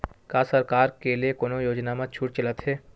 का सरकार के ले कोनो योजना म छुट चलत हे?